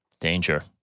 Danger